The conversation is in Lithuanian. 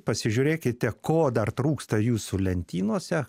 pasižiūrėkite ko dar trūksta jūsų lentynose